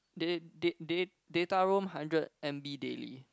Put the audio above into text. dat~ dat~ dat~ data roam hundred m_b daily